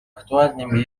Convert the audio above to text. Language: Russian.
актуальным